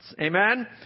Amen